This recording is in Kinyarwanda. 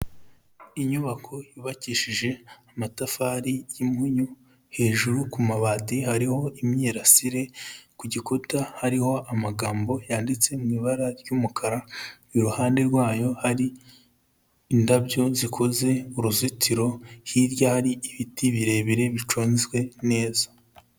Inyubako yubakishije amatafari y'impunyu, hejuru ku mabati hariho imyirasire, ku gikuta hariho amagambo yanditse mu ibara ry'umukara, iruhande rwayo hari indabyo zikoze uruzitiro, hirya hari ibiti birebire biconzwe neza.